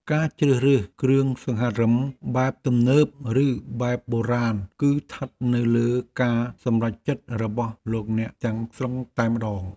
ការជ្រើសរើសគ្រឿងសង្ហារិមបែបទំនើបឬបែបបុរាណគឺស្ថិតនៅលើការសម្រេចចិត្តរបស់លោកអ្នកទាំងស្រុងតែម្ដង។